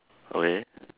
okay